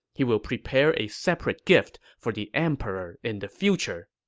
he will prepare a separate gift for the emperor in the future.